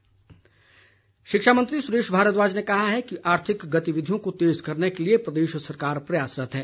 सुरेश भारद्वाज शिक्षा मंत्री सुरेश भारद्वाज ने कहा है कि आर्थिक गतिविधियों को तेज़ करने के लिए प्रदेश सरकार प्रयासरत्त है